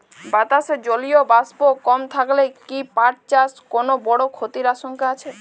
বাতাসে জলীয় বাষ্প কম থাকলে কি পাট চাষে কোনো বড় ক্ষতির আশঙ্কা আছে?